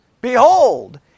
Behold